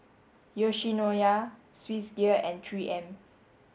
Yoshinoya Swissgear and three M